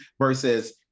versus